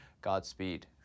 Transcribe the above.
Godspeed